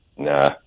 Nah